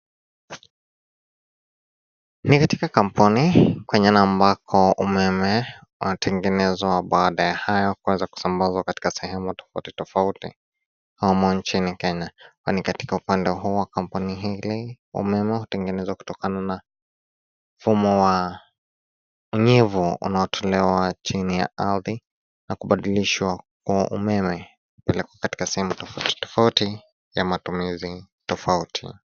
Ni katika kampuni kwenye ambako umeme unatengenezwa baada ya hayo kuweza kusambazwa katika sehemu tofauti tofauti humu nchini Kenya, nani katika upande huu wa kampuni hili umeme hutengenezwa kutokana na mfumo wa unyevu unaotolewa chini ya ardhi na kubadilishwa kuwa umeme na kupelekwa sehemu tofauti tofauti ya matumizi tofauti.